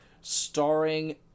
Starring